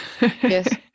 Yes